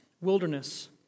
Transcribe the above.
wilderness